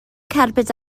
cerbyd